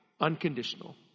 unconditional